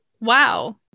wow